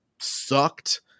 sucked